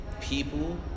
people